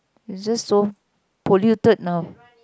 it just so polluted now